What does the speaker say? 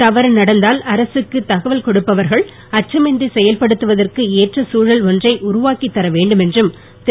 தவறு நடந்தால் அரசுக்கு தகவல் கொடுப்பவர்கள் அச்சமின்றி செயல்படுவதற்கு ஏற்ற தூழல் ஒன்றை உருவாக்கி தர வேண்டும் என்றும் திரு